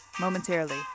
momentarily